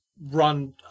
run